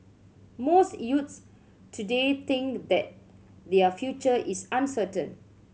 most youths today think that their future is uncertain